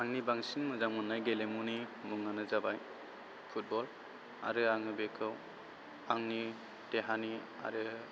आंनि बांसिन मोजां मोननाय गेलेमुनि मुंआनो जाबाय फुटबल आरो आङो बेखौ आंनि देहानि आरो